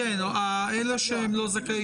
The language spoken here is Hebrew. אלה שהם לא זכאי